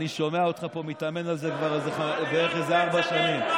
אני שומע אותך פה מתאמן על זה כבר בערך איזה ארבע שנים.